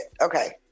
okay